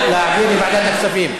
לוועדת הכספים.